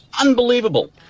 unbelievable